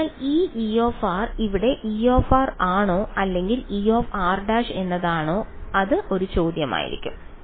അതിനാൽ ഈ E ഇവിടെ E ആണോ അല്ലെങ്കിൽ Er′ എന്നതാണോ അത് ഒരു ചോദ്യമായിരിക്കും